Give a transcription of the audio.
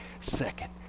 second